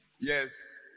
Yes